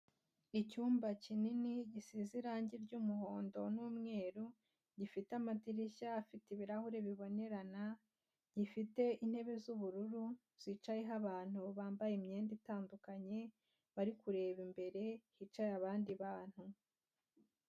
Icyumba kinini gisize irangi ry'umuhondo n'umweru, afite amadirishya gifite ibirahure bibonerana, gifite intebe z'ubururu zicayeho abantu bambaye imyenda itandukanye, bari kureba imbere, hicaye abandi bantu.